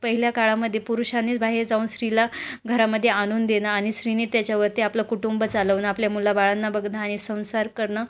पहिल्या काळामध्ये पुरुषांनीच बाहेर जाऊन स्त्रीला घरामध्ये आणून देणं आणि स्त्रीने त्याच्यावरती आपलं कुटुंब चालवणं आपल्या मुलाबाळांना बघणं आणि संसार करणं